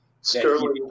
Sterling